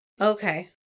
Okay